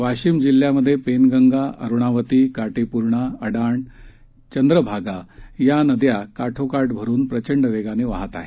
वाशिम जिल्ह्यात पेनगंगा अरुणावती काटेपूर्णा अडाण चंद्रभागा या नद्या काठोकाठ भरून प्रचंड वेगाने वाहत आहेत